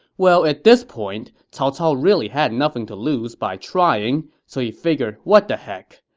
well, at this point, cao cao really had nothing to lose by trying, so he figured, what the heck.